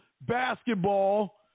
basketball